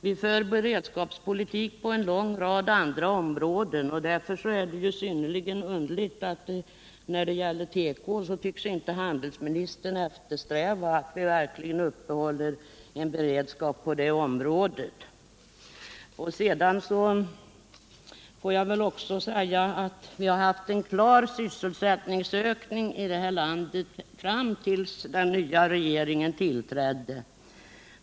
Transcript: Vi för beredskapspolitik på en lång rad andra områden. Därför är det synnerligen underligt att handelsministern inte tycks eftersträva att vi upprätthåller en beredskap på tekoområdet. Vi har haft en klar sysselsättningsökning här i landet fram tills den nya regeringen tillträdde.